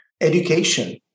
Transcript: education